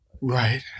Right